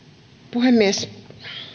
puhemies